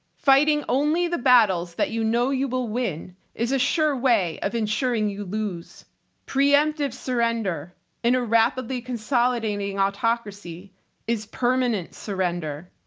fighting only the battles that you know you will win is a sure way of ensuring you lose. preemptive surrender in a rapidly consolidating autocracy is permanent surrender.